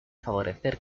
favorecer